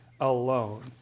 alone